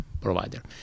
provider